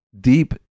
deep